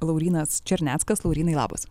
laurynas černeckas laurynai labas